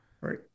right